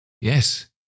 Yes